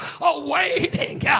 awaiting